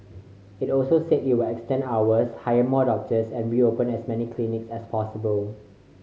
it also said it will extend hours hire more doctors and reopen as many clinics as possible